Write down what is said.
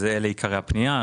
אלה עיקרי הפנייה,